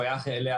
שהוא הלך אליה,